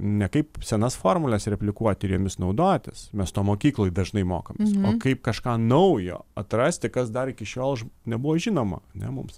ne kaip senas formules replikuoti ir jomis naudotis mes to mokykloj dažnai mokom o kaip kažką naujo atrasti kas dar iki šiol nebuvo žinoma ane mums